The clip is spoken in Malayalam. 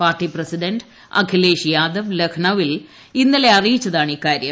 പാർട്ടി പ്രസിഡന്റ് അഖിലേഷ്ക് യൂദ്വ് ലഖ്നൌവിൽ ഇന്നലെ അറിയിച്ചതാണിക്കാര്യം